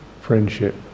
friendship